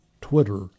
Twitter